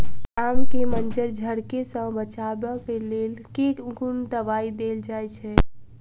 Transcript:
आम केँ मंजर झरके सऽ बचाब केँ लेल केँ कुन दवाई देल जाएँ छैय?